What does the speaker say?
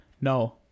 no